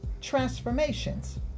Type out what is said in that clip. transformations